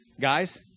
Guys